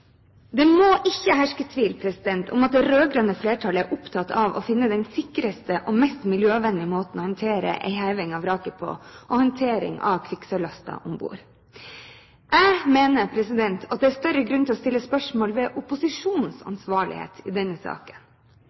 Det må ikke herske tvil om at det rød-grønne flertallet er opptatt av å finne den sikreste og mest miljøvennlige måten å håndtere en heving av vraket og håndtere kvikksølvlasten om bord på. Jeg mener at det er større grunn til å stille spørsmål ved opposisjonens ansvarlighet i denne saken.